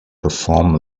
perform